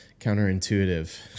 counterintuitive